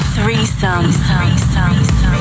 Threesome